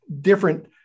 different